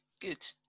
Good